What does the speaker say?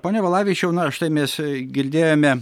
pone valavičiau na štai mes girdėjome